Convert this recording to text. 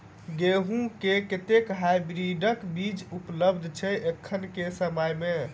गेंहूँ केँ कतेक हाइब्रिड बीज उपलब्ध छै एखन केँ समय मे?